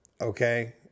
Okay